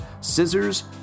scissors